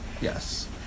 Yes